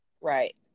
Right